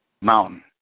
Mountain